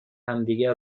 همدیگه